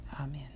Amen